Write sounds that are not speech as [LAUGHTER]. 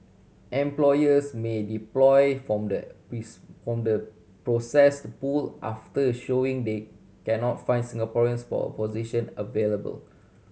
employers may employ from the [UNINTELLIGIBLE] from the processed pool after a showing they cannot find Singaporeans for a position available